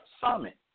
summit